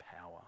power